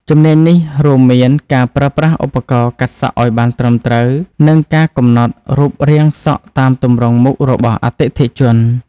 ជំនាញនេះ រួមមានការប្រើប្រាស់ឧបករណ៍កាត់សក់ឱ្យបានត្រឹមត្រូវ និងការកំណត់រូបរាងសក់តាមទម្រង់មុខរបស់អតិថិជន។